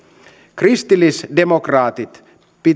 kristillisdemokraatit